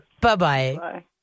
bye-bye